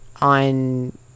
on